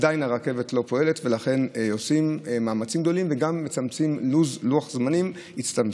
עדיין הרכב לא פועלת ולכן עושים מאמצים גדולים וגם לוח הזמנים הצטמצם.